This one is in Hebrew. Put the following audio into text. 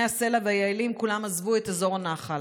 הסלע והיעלים כולם עזבו את אזור הנחל.